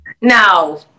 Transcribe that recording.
No